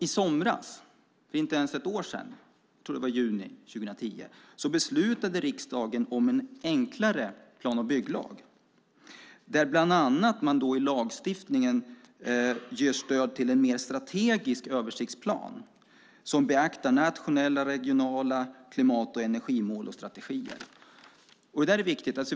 I somras, för inte ens ett år sedan - jag tror att det var i juni 2010 - beslutade riksdagen om en enklare plan och bygglag där lagstiftningen bland annat ger stöd till en mer strategisk översiktsplan som beaktar nationella och regionala klimat och energimål och strategier. Det där är viktigt.